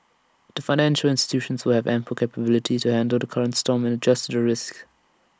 the financial institutions will have ample capability to handle the current storm and adjust to the risks